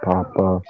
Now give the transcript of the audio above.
Papa